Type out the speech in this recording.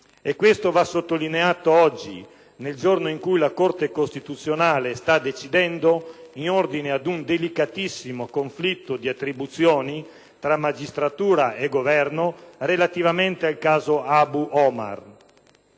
e questo va sottolineato oggi, nel giorno in cui la Corte costituzionale sta decidendo in ordine ad un delicatissimo conflitto di attribuzioni tra magistratura e Governo relativamente al caso Abu Omar.